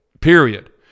period